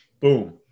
boom